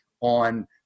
on